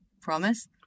promise